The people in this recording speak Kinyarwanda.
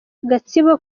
gatsibo